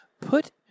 put